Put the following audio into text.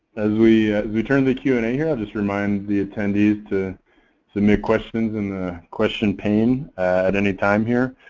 as we we turn to the q and a here, i'll just remind the attendees to submit questions in the question pane at any time here.